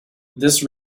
this